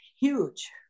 huge